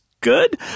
good